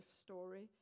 story